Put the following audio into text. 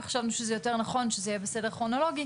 וחשבנו שזה יותר נכון שזה יהיה בסדר כרונולוגי